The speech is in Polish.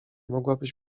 mogłabyś